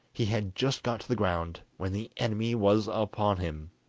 he had just got to the ground when the enemy was upon him.